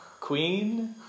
Queen